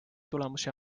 tulemusi